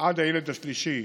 עד הילד השלישי,